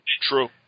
true